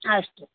अस्तु